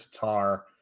Tatar